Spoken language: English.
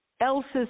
else's